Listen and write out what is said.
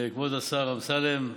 כבוד השר אמסלם,